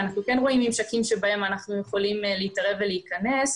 ואנחנו כן רואים ממשקים שבהם אנחנו יכולים להתערב ולהיכנס,